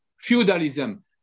feudalism